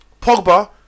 Pogba